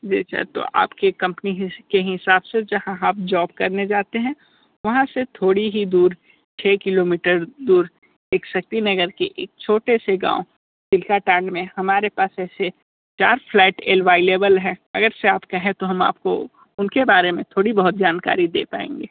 जी sir तो आपकी company के हिसाब से जहाँ आप जॉब करने जाते हैं वहाँ से थोड़ी ही दूर छः किलोमीटर दूर एक शक्ति नगर के एक छोटे से गाँव हिलसाटांड में हमारे पास ऐसे चार फ्लैट अलवाइलेबल हैं अगर से आप कहें तो हम आपको उनके बारे में थोड़ी बहुत जानकारी दे पाएंगे